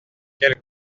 quel